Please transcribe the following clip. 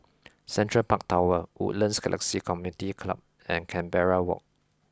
Central Park Tower Woodlands Galaxy Community Club and Canberra Walk